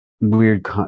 Weird